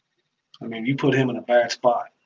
i mean, you put him in a bad spot